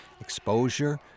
exposure